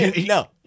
No